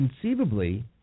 conceivably